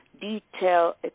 detail